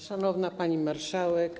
Szanowna Pani Marszałek!